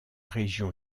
région